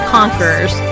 Conquerors